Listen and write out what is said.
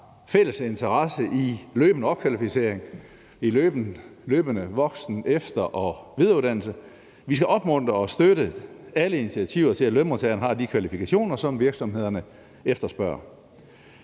fælles interesse i løbende opkvalificering og i løbende voksen-, efter- og videreuddannelse. Vi skal opmuntre og støtte alle initiativer til, at lønmodtagerne har de kvalifikationer, som virksomhederne efterspørger.